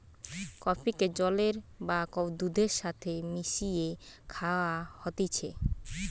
কফিকে জলের বা দুধের সাথে মিশিয়ে খায়া হতিছে